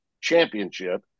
championship